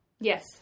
Yes